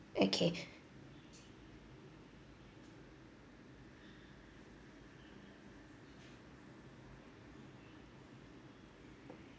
okay